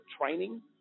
training